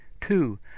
Two